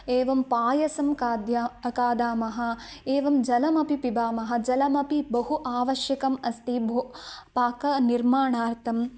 एवं पायसं खाद्यं खादामः एवं जलमपि पिबामः जलमपि बहु आवश्यकम् अस्ति भो पाकनिर्माणार्थं